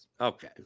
Okay